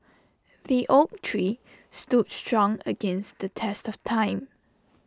the oak tree stood strong against the test of time